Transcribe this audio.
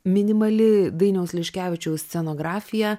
minimali dainiaus liškevičiaus scenografija